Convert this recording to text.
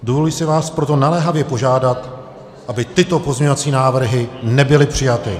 Dovoluji si vás proto naléhavě požádat, aby tyto pozměňovací návrhy nebyly přijaty.